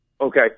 okay